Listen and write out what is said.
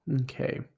Okay